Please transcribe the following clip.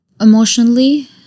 emotionally